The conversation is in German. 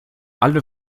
alle